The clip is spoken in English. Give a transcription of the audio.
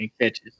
catches